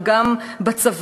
אבל גם בצבא,